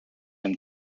him